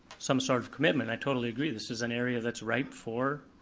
some sort of commitment, i totally agree, this is an area that's right for,